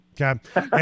Okay